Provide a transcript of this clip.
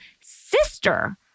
sister